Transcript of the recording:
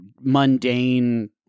mundane